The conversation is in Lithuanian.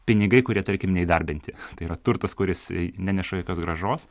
pinigai kurie tarkim neįdarbinti tai yra turtas kuris neneša jokios grąžos